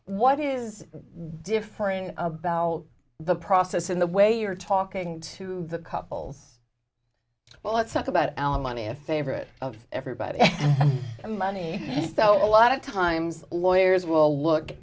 what is different about the process in the way you're talking to the couples well let's talk about alimony a favorite of everybody and money so a lot of times lawyers will look